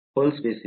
pulse basis